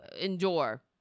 endure